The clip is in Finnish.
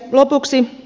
lopuksi